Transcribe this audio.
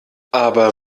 aber